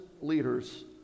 leaders